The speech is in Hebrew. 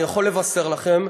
אני יכול לבשר לכם,